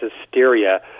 hysteria